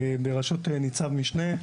בראשות ניצב משנה,